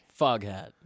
Foghat